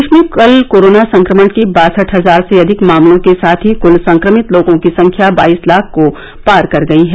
देश में कल कोरोना संक्रमण के बासठ हजार से अधिक मामलों के साथ ही कुल संक्रमित लोगों की संख्या बाईस लाख को पार कर गई है